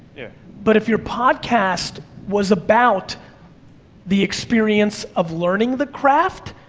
yeah but if your podcast was about the experience of learning the craft,